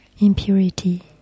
impurity